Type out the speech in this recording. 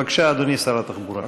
בבקשה, אדוני שר התחבורה.